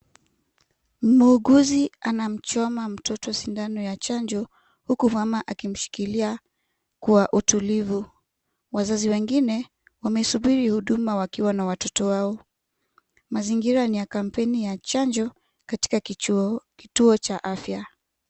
Muuguzi anamchoma mtoto sindano ya chanjo, huku mama akimshikilia kwa utulivu. Wazazi wengine, wamesubiri huduma wakiwa na watoto wao. Mazingira ni ya campaign ya chanjo katika kituo cha huduma.